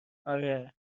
آره